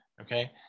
okay